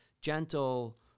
gentle